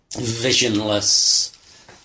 visionless